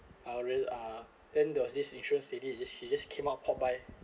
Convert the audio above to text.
uh real uh then there was this insurance lady she just came out popped by